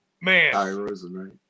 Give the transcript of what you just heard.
man